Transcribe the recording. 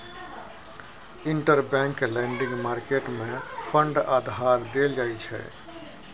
interbank lending market मे fund उधार देल जाइ छै